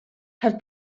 have